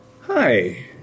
Hi